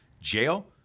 jail